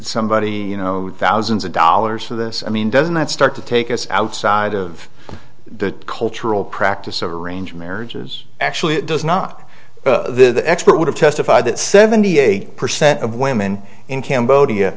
somebody you know thousands of dollars for this i mean doesn't that start to take us outside of the cultural practice of arranged marriages actually does not the expert would have testified that seventy eight percent of women in cambodia